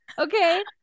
Okay